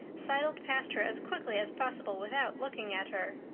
sidled past her as quickly as possible without looking at her.